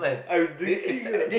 I'm drinking ah